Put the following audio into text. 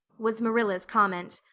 was marilla's comment.